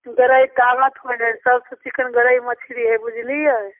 गरैए तागत होलै सबसँ चिक्कन गरैए हइ बुझलिए